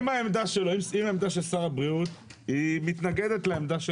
אם העמדה של שר הבריאות היא מתנגדת לעמדה של